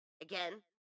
Again